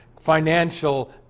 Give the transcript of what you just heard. Financial